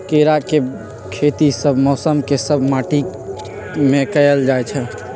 केराके खेती सभ मौसम में सभ माटि में कएल जाइ छै